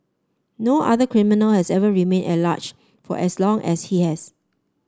no other criminal has ever remained at large for as long as he has